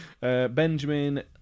Benjamin